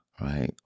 right